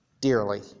dearly